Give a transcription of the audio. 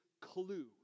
Clue